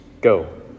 Go